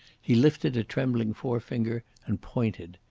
he lifted a trembling forefinger and pointed.